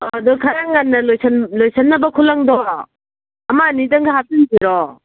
ꯑꯥ ꯑꯗꯨ ꯈꯔ ꯉꯟꯅ ꯂꯣꯏꯁꯤꯟꯅꯕ ꯈꯨꯠꯂꯪꯗꯣ ꯑꯃ ꯑꯅꯤꯗꯪꯒ ꯍꯥꯞꯆꯤꯟꯁꯤꯔꯣ